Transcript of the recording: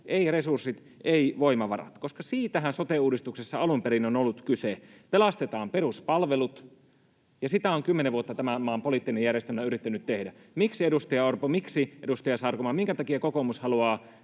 resurssit, eivät voimavarat? Siitähän sote-uudistuksessa alun perin on ollut kyse, pelastetaan peruspalvelut, ja sitä on kymmenen vuotta tämän maan poliittinen järjestelmä yrittänyt tehdä. Miksi, edustaja Orpo, miksi, edustaja Sarkomaa: minkä takia kokoomus haluaa